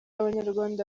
abanyarwanda